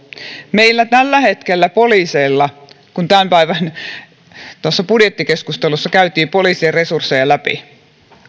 meillä tällä hetkellä poliiseilla on kyllä jo ihan tarpeeksi tehtävää tämän päivän budjettikeskustelussa käytiin poliisien resursseja läpi